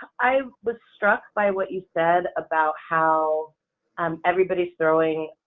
i was struck by what you said about how um everybody's throwing